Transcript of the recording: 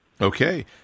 Okay